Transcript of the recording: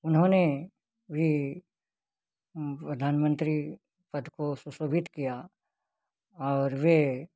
उन्होंने भी प्रधानमंत्री पद को सुशोभित किया और वह